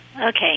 Okay